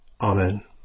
Amen